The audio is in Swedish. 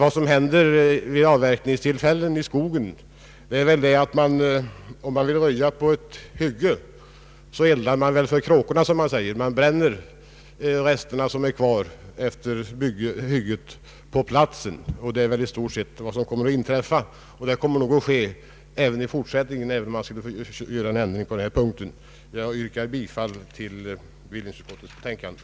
Vad som händer vid avverkningstillfällena i skogen är väl att man, om man vill röja på ett hygge, eldar för kråkorna, som det sägs, d. v. s. man bränner resterna som är kvar efter hygget på platsen. Det är i stort sett vad som sker och som kommer att ske även i fortsättningen, även om det skulle bli en lagändring på denna punkt. Jag yrkar bifall till bevillningsutskottets förslag.